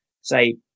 say